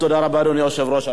תודה רבה, אדוני היושב-ראש.